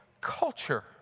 Culture